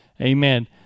Amen